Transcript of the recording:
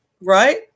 Right